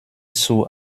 zur